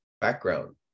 background